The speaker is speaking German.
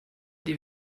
die